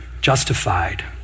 justified